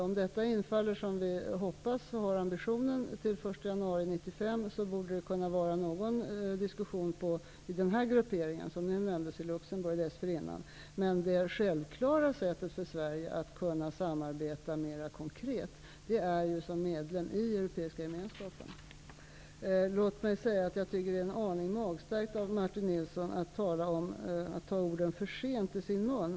Om detta infaller, som vi hoppas och har ambitionen, den 1 januari 1995 borde det dessförinnan kunna bli någon diskussion inom den gruppering i Luxemburg som här nämndes. Men det självklara sättet för att från svensk sida kunna samarbeta mer konkret är ju som medlem i den europeiska gemenskapen. Låt mig säga att jag tycker att det är en aning magstarkt av Martin Nilsson att ta orden ''för sent'' i sin mun.